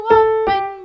open